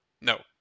No